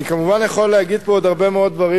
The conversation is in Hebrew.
אני כמובן יכול להגיד פה עוד הרבה מאוד דברים,